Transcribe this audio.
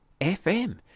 FM